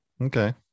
Okay